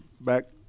back